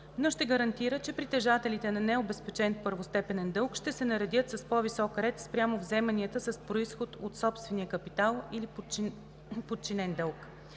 но ще гарантира, че притежателите на необезпечен първостепенен дълг ще се наредят с по-висок ред спрямо вземанията с произход от собствения капитал или подчинен дълг.